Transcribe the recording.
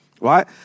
Right